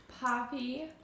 Poppy